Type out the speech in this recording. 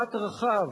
במבט רחב